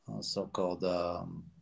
So-called